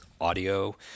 audio